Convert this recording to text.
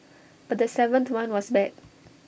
but the seventh one was bad